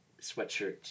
sweatshirt